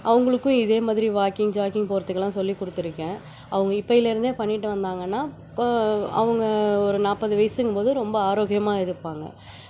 அவங்களுக்கும் இதே மாதிரி வாக்கிங் ஜாக்கிங் போகிறதுக்கெல்லாம் சொல்லிக் கொடுத்துருக்கேன் அவங்க இப்பயிலேருந்தே பண்ணிட்டு வந்தாங்கன்னா அவங்க ஒரு நாற்பது வயசுங்கும் போது ரொம்ப ஆரோக்கியமாக இருப்பாங்க